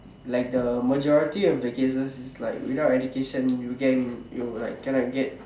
like the majority of the cases is like without education you can you like cannot get